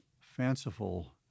fanciful